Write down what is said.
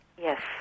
Yes